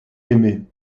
aimé